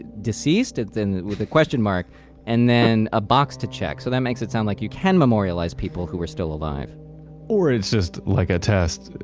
deceased and with a question mark and then a box to check. so that makes it sound like you can memorialize people who are still alive or it is just like a test.